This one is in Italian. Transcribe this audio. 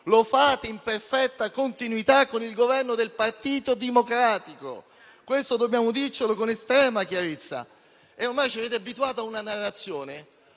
lo fate in perfetta continuità con il Governo del Partito Democratico. Questo dobbiamo dircelo con estrema chiarezza. Ormai ci avete abituato a una narrazione: